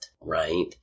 right